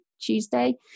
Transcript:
Tuesday